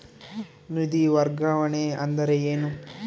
ನಿಧಿ ವರ್ಗಾವಣೆ ಅಂದರೆ ಏನು?